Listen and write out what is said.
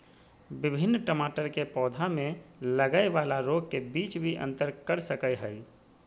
विभिन्न टमाटर के पौधा में लगय वाला रोग के बीच भी अंतर कर सकय हइ